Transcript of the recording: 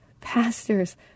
pastors